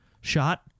shot